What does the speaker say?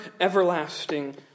everlasting